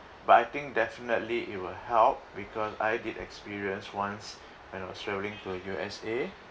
but I think definitely it will help because I did experience once when I was travelling to U_S_A